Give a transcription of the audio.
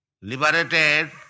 Liberated